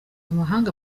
amahanga